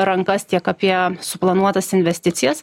rankas tiek apie suplanuotas investicijas